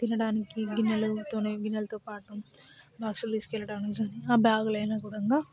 తినడానికి గిన్నెలతోని గిన్నెలతో పాటు బాక్సులు తీసుకు వెళ్ళటానికి కానీ ఆ బ్యాగులు అనుగుణంగా